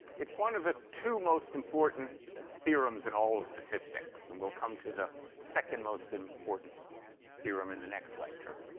it's one of the two most important theorems in all of statistics, and we'll come to the second most important theorem in the next lecture.